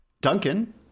Duncan